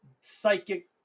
psychic